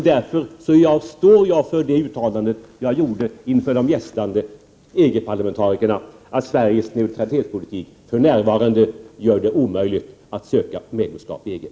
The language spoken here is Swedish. Därför står jag alltså för det uttalande jag gjorde inför de gästande EG-parlamentarikerna, att Sveriges neutralitetspolitik för närvarande gör det omöjligt att söka medlemskap i EG.